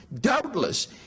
Doubtless